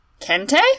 Kente